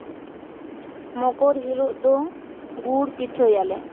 ᱢᱚᱠᱚᱨ ᱦᱤᱞᱳᱜ ᱫᱚ ᱜᱩᱲ ᱯᱤᱴᱷᱟᱹᱭᱟᱞᱮ